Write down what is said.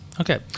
Okay